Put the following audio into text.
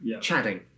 chatting